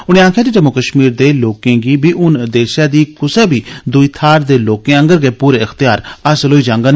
उनें आक्खेया जे जम्मू कश्मीर दे लोकें गी बी हुंन दैशै दी कुसै बी दूई थाहरै दे लोकें आंगर गै पूरे अख्तेआर हासल होई जांगन